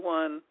one